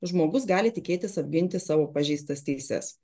žmogus gali tikėtis apginti savo pažeistas teises